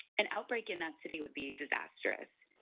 an outbreak in that city would be disastrous.